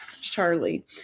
Charlie